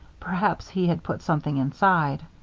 perhaps he had put something inside.